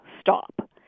stop